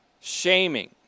shaming